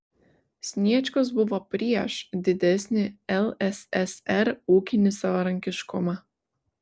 sniečkus buvo prieš didesnį lssr ūkinį savarankiškumą